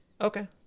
Okay